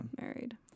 married